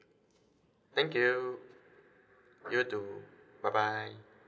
thank you you too bye bye